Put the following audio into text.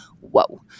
whoa